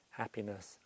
happiness